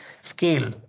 scale